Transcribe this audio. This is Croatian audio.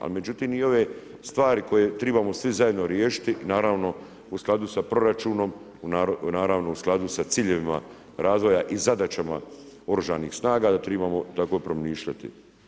Međutim, ni ove stvari koje trebamo svi zajedno riješiti, naravno u skladu sa proračunom, naravno u skladu sa ciljevima razvoja i zadaćama OS da trebamo tako promišljati.